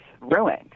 ruined